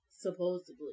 supposedly